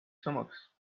samaks